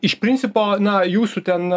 iš principo na jūsų ten